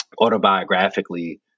autobiographically